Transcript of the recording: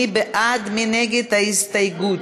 אחמד טיבי,